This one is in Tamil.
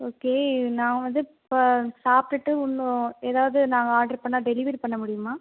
ஓகே நான் வந்து இப்போ சாப்ட்டுவிட்டு இன்னோ எதாவது நாங்கள் ஆர்டர் பண்ணா டெலிவிரி பண்ண முடியுமா